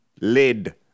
lid